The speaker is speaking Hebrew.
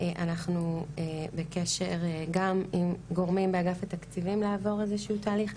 אנחנו בקשר גם עם גורמים באגף התקציבים לעבור איזשהו תהליך,